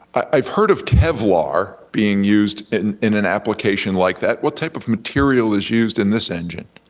i've heard of kevlar being used in in an application like that, what type of material is used in this engine?